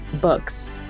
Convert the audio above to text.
books